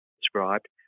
described